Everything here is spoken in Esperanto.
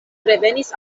revenis